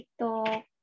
TikTok